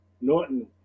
norton